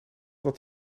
wat